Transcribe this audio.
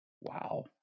Wow